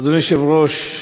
אדוני היושב-ראש,